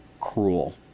cruel